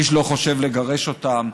ואיש לא חושב לגרש אותם.